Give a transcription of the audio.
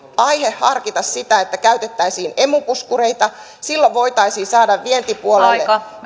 aihetta harkita sitä että käytettäisiin emu puskureita silloin voitaisiin saada vientipuolelle